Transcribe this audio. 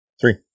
Three